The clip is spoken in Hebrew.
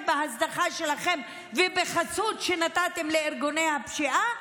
בהזנחה שלכם ובחסות שנתתם לארגוני הפשיעה,